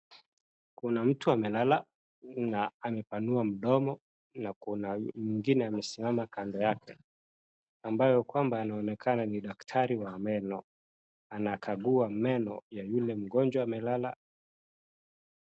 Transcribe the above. Kuna mtu amelala , na amepanua mdomo na kuna mwingine amesimama kando yake. Ambaye kwamba anaonekana ni daktari wa meno anakangua meno ule mgonjwa amelala.